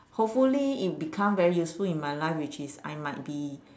hopefully it become very useful in my life which is I might be